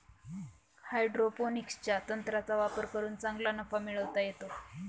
हायड्रोपोनिक्सच्या तंत्राचा वापर करून चांगला नफा मिळवता येतो